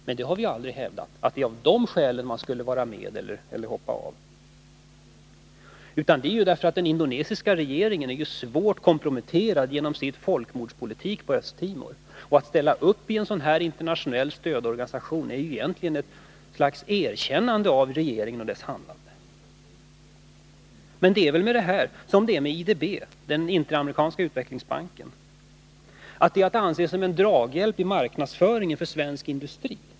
Men vi har aldrig hävdat att det är av det skälet man borde hoppa av, utan det är därför att den indonesiska regeringen är svårt komprometterad genom sin folkmordspolitik på Östtimor. Att ställa upp i en internationell stödorganisation är ett slags erkännande av den regeringen och dess handlande. Men det är väl med det här som med IDB, den interamerikanska utvecklingsbanken: medlemskapet är att anse som en draghjälp i marknadsföringen för svensk industri.